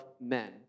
men